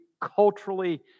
culturally